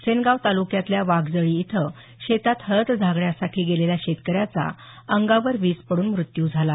सेनगाव तालुक्यातल्या वाघजळी इथं शेतात हळद झाकण्यासाठी गेलेल्या शेतकऱ्याचा अंगावर वीज पडून मृत्यू झाला